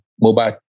mobile